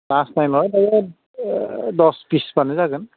class नाइनआव दायो दस पिसब्लानो जागोन